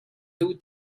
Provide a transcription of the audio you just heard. duh